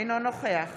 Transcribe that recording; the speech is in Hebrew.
אינו נוכח